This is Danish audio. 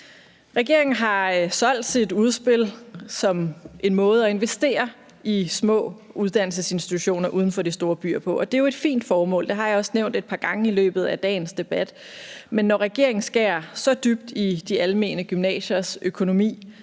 Regeringen har solgt sit udspil som en måde at investere i små uddannelsesinstitutioner uden for de store byer på, og det er jo et fint formål, og det har jeg også nævnt et par gange i løbet af dagens debat. Men når regeringen skærer så dybt i de almene gymnasiers økonomi,